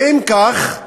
ואם כך,